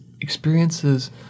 experiences